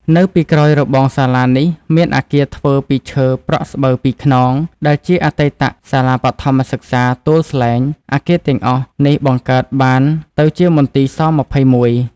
នៅពីក្រោយរបងសាលានេះ មានអគារធ្វើពីឈើប្រក់ស្បូវពីរខ្នង ដែលជា អតីតសាលាបឋមសិក្សាទួលស្លែង អគារទាំងអស់ នេះបង្កើតបានទៅជាមន្ទីរស-២១ ។